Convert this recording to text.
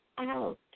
out